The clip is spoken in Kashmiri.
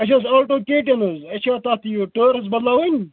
اَسہِ اوس آلٹو کے ٹٮ۪ن حظ اَسہِ چھِ تتھ یہِ ٹٲر حظ بَدلاوٕنۍ